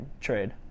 trade